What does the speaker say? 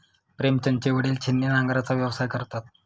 प्रेमचंदचे वडील छिन्नी नांगराचा व्यवसाय करतात